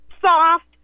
soft